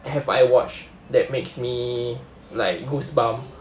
have I watched that makes me like goosebumps